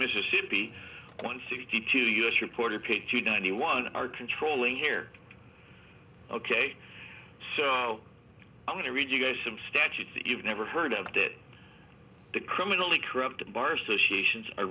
mississippi one sixty two us reporter katie ninety one are controlling here ok so i'm going to read you guys some statutes that you've never heard of that the criminally corrupt bar associations are